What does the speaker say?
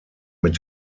mit